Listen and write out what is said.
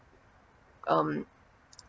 um